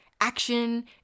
action